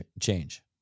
change